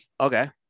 Okay